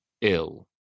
ill